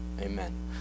Amen